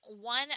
one